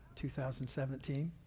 2017